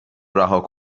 رها